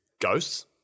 Ghosts